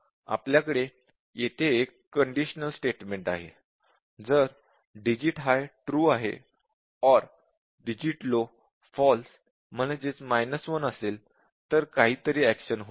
आपल्याकडे येथे एक कंडिशनल स्टेटमेंट आहे जर digit high ट्रू आहे OR digit low फॉल्स 1 असेल तर काहीतरी एक्शन होईल